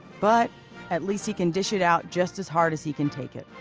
but at least he can dish it out just as hard as he can take it.